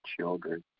children